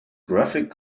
graphic